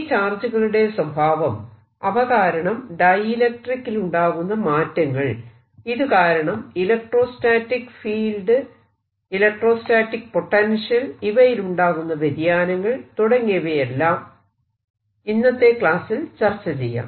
ഈ ചാർജുകളുടെ സ്വഭാവം അവ കാരണം ഡൈഇലൿട്രിക് ലുണ്ടാകുന്ന മാറ്റങ്ങൾ ഇതുകാരണം ഇലക്ട്രോസ്റ്റാറ്റിക് ഫീൽഡ് ഇലക്ട്രോസ്റ്റാറ്റിക് പൊട്ടൻഷ്യൽ ഇവയിലുണ്ടാകുന്ന വ്യതിയാനങ്ങൾ തുടങ്ങിയവയെല്ലാം ഇന്നത്തെ ക്ലാസ്സിൽ ചർച്ച ചെയ്യാം